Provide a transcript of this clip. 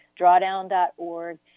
drawdown.org